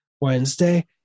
Wednesday